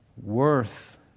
Worth